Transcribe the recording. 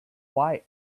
white